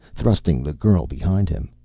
thrusting the girl behind him.